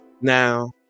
Now